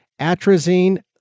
atrazine